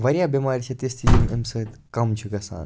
واریاہ بیٚمارِ چھِ تِژھ یِم اَمہِ سۭتۍ کَم چھِ گَژھان